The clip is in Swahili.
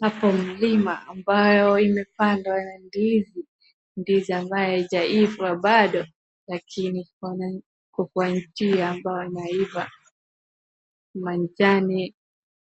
Hapo mlima ambayo imepandwa ndizi, ndizi ambayo haijaiva bado, lakini iko kwa njia ambayo inaiva. Manjano